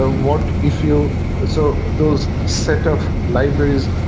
ah what if you so those set of libraries,